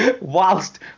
Whilst